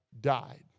died